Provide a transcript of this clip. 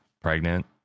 pregnant